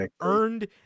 earned